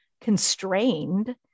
constrained